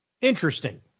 Interesting